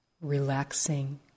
relaxing